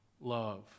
love